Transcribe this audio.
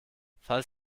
falls